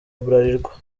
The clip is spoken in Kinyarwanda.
bralirwa